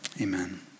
Amen